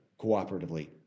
cooperatively